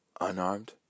unarmed